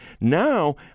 Now